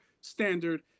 standard